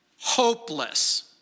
hopeless